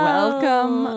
welcome